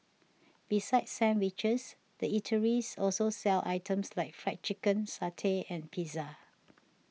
besides sandwiches the eateries also sell items like Fried Chicken satay and pizza